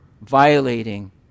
violating